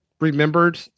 remembered